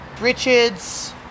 Richards